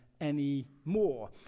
anymore